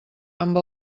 amb